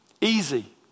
Easy